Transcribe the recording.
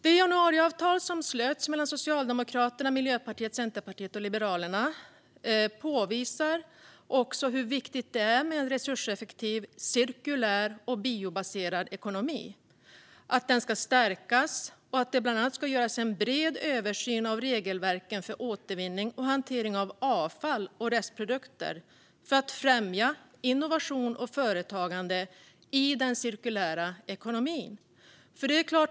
Det januariavtal som slöts mellan Socialdemokraterna, Miljöpartiet, Centerpartiet och Liberalerna påvisar hur viktigt det är med en resurseffektiv, cirkulär och biobaserad ekonomi. Den ska stärkas, och det ska bland annat göras en bred översyn av regelverken för återvinning och hantering av avfall och restprodukter för att främja innovation och företagande i den cirkulära ekonomin.